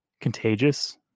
contagious